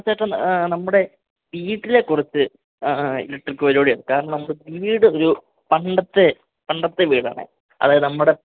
അ ചേട്ടാ ആ നമ്മുടെ വീട്ടിലെ കുറച്ച് ഇലട്രിക് അഹ് പരിപാടി ആയിരുന്നു കാരണം നമുക്ക് വീട് ഒരു പണ്ടത്തെ പണ്ടത്തെ വീടാണെ അതായത് നമ്മുടെ